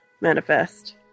manifest